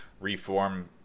reform